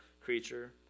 creature